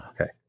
Okay